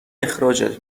اخراجت